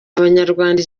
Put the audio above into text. abanyarwanda